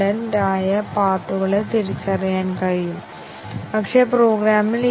അതിനാൽ ഇതൊരു പരിഷ്ക്കരിച്ച കണ്ടിഷൻ ഡിസിഷൻ കവറേജാണ്